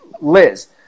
Liz